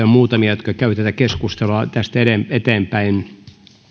muutamia jotka käyvät tätä keskustelua tästä eteenpäin